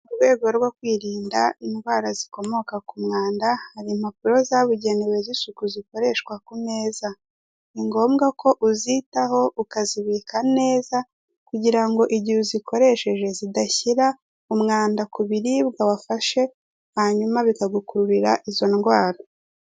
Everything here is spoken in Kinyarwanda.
Mu rwego rwo kwirinda indwara zikomoka k'umwanda hari impapuro zabugenewe z'isuku zikoreshwa ku meza ni ngobwa ko uzitaho ukazibika neza kugirango igihe uzikoresheje zidashyira umwanda kubiribwa watashye hanyuma bikagukururira izo indwara.